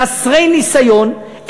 חסרי ניסיון,